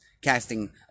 casting